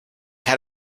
had